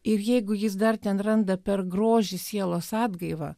ir jeigu jis dar ten randa per grožį sielos atgaivą